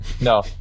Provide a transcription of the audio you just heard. no